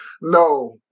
no